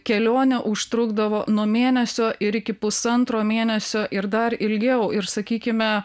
kelionė užtrukdavo nuo mėnesio ir iki pusantro mėnesio ir dar ilgiau ir sakykime